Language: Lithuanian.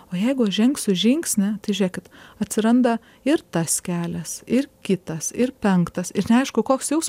o jeigu aš žengsiu žingsnį žėkit atsiranda ir tas kelias ir kitas ir penktas ir neaišku koks jaus